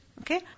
okay